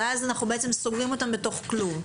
אז אנחנו בעצם סוגרים אותן בתוך כלוב.